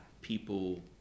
people